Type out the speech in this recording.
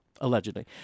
allegedly